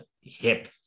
hip